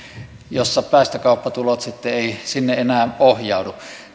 jonne päästökauppatulot sitten eivät enää ohjaudu